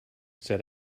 said